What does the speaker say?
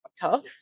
tough